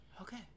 Okay